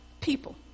people